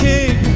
King